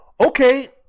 Okay